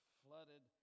flooded